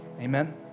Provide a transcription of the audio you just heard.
Amen